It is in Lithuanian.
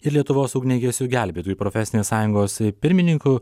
ir lietuvos ugniagesių gelbėtojų profesinės sąjungos pirmininku